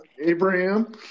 Abraham